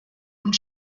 und